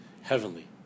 heavenly